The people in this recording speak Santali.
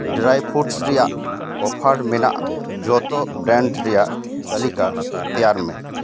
ᱰᱮᱨᱟᱭ ᱯᱷᱩᱰᱥ ᱨᱮᱭᱟᱜ ᱚᱯᱷᱟᱨ ᱢᱮᱱᱟᱜ ᱡᱚᱛᱚ ᱵᱨᱮᱱᱰ ᱨᱮᱭᱟᱜ ᱛᱟᱹᱞᱤᱠᱟ ᱛᱮᱭᱟᱨ ᱢᱮ